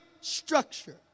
structure